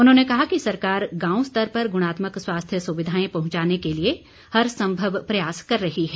उन्होंने कहा कि सरकार गांव स्तर पर ग्रणात्मक स्वास्थ्य सुविधाएं पहुंचाने के लिए हर संभव प्रयास कर रही है